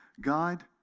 God